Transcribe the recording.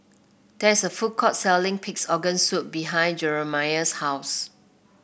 there is a food court selling Pig's Organ Soup behind Jeremiah's house